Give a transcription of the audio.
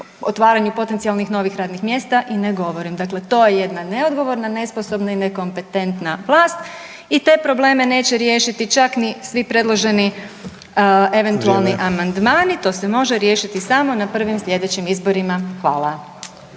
otvaranju potencijalnih novih radnih mjesta i ne govorim. Dakle, to je jedna neodgovorna, nesposobno i nekompetentna vlast i te probleme neće riješiti čak ni svi predloženi eventualni amandmani …/Upadica Sanader: Vrijeme./… to se može riješiti samo na prvim sljedećim izborima. Hvala.